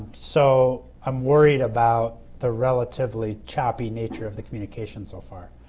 so, i'm worried about the relatively choppy nature of the communication so far.